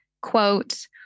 quote